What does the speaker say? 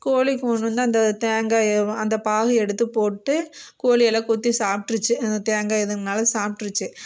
கோழிக்கு போடுணுன்னு அந்த தேங்காயை அந்த பாகை எடுத்து போட்டு கோழியெல்லாம் கொத்தி சாப்பிட்ருச்சி அந்த தேங்காயிதுனால் சாப்பிட்ருச்சி